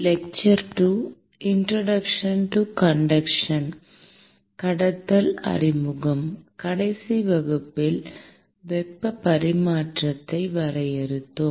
கடத்தல் அறிமுகம் கடைசி வகுப்பில் வெப்ப பரிமாற்றத்தை வரையறுத்தோம்